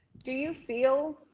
do you feel